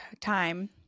time